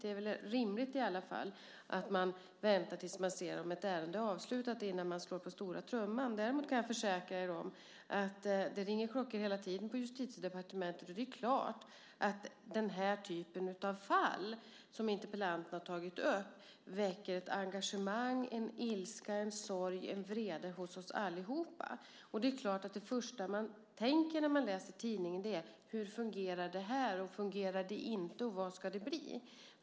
Det är väl rimligt att man väntar tills ett ärende är avslutat innan man slår på stora trumman. Jag kan försäkra att det hela tiden ringer klockor på Justitiedepartementet, och den typen av fall som interpellanten tagit upp väcker naturligtvis engagemang, ilska, sorg och vrede hos oss alla. Det första man tänker när man läser tidningen är givetvis: Hur fungerar det hela? Fungerar det inte? Vad ska det bli?